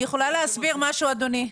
אני יכולה להסביר משהו, אדוני?